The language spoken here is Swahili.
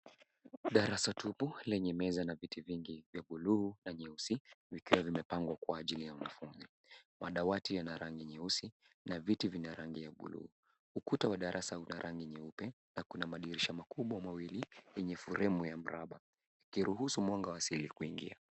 Darasa tupu lenye meza na viti vingi vya buluu na nyeusi, vikiwa vimepangwa kwa ajili ya wanafunzi. Madawati yana rangi nyeusi na viti vina rangi ya buluu. Ukuta wa darasa una rangi nyeupe na kuna madirisha makubwa mawili yenye fremu ya mraba, ikiruhusu mwanga wa asili kuingia.